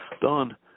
done